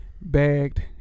bagged